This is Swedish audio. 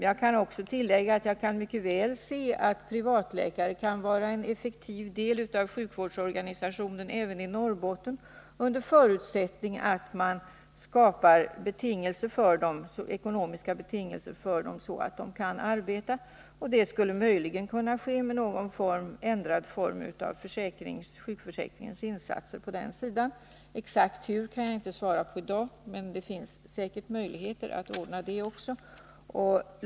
Jag vill också tillägga att jag mycket väl kan se att privatläkare kan vara en effektiv del av sjukvårdsorganisationen även i Norrbotten under förutsättning att man skapar sådana ekonomiska betingelser för dem att de kan arbeta. Detta skulle möjligen kunna ske genom någon ändrad form för sjukförsäkringens insatser på den sidan — exakt hur kan jag inte ange i dag, men det finns säkert möjligheter att ordna det också.